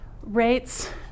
Rates